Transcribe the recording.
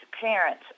parents